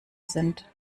sind